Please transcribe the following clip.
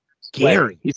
scary